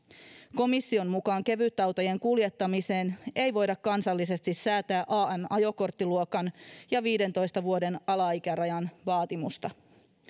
komission mukaan kevytautojen kuljettamiseen ei voida kansallisesti säätää am ajokorttiluokan ja viidentoista vuoden alaikärajan vaatimusta